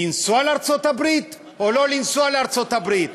לנסוע לארצות-הברית או לא לנסוע לארצות-הברית?